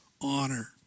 honor